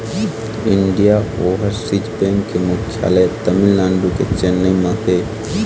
Indian Overseas bank के मुख्यालय तमिलनाडु के चेन्नई म हे